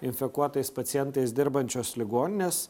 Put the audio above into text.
infekuotais pacientais dirbančios ligoninės